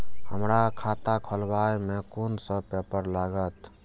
हमरा खाता खोलाबई में कुन सब पेपर लागत?